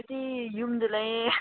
ꯑꯩꯗꯤ ꯌꯨꯝꯗ ꯂꯩ